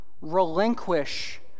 relinquish